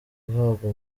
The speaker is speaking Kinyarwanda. guhabwa